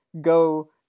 go